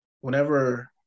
whenever